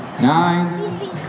nine